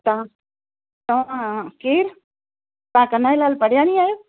तव्हां तव्हां केरु तव्हां कन्हैया लाल परयानी आहियो